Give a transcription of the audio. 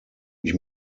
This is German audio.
ich